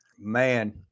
man